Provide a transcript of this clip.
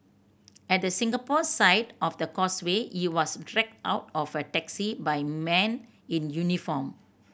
at the Singapore side of the Causeway he was dragged out of a taxi by men in uniform